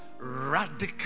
radical